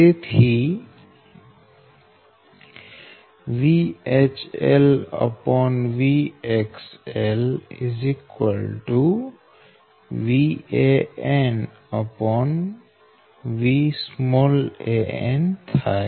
તેથી VHLVXL 3VAn3Van VAnVanથાય